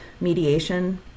mediation